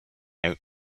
out